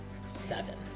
seven